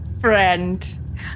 Friend